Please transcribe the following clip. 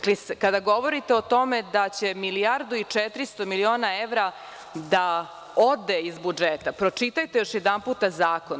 Kada govorite o tome da će milijardu i 400 miliona evra da ode iz budžete, pročitajte još jedanputa zakon.